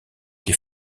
les